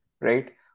right